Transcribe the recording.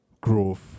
growth